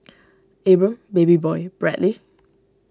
Abram Babyboy Bradley